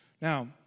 Now